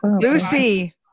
Lucy